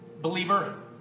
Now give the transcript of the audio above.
believer